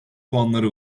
puanları